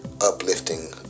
uplifting